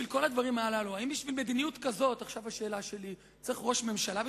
בשביל מדיניות כזאת צריך ראש ממשלה?